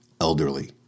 elderly